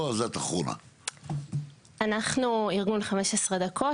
אנחנו ארגון 15 דקות,